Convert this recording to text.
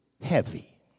heavy